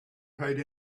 paid